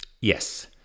Yes